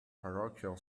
parochial